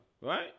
right